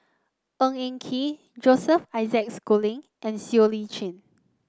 Ng Eng Kee Joseph Isaac Schooling and Siow Lee Chin